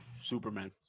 Superman